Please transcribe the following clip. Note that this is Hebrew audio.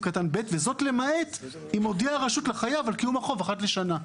קטן (ב) וזאת למעט אם הודיעה הרשות לחייב על קיום החוב אחת לשנה".